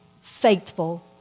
faithful